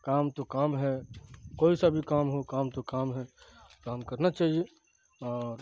کام تو کام ہے کوئی سا بھی کام ہو کام تو کام ہے کام کرنا چاہیے اور